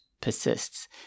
persists